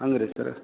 ಹಂಗೆ ರೀ ಸರ್ರ